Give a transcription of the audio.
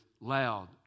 loud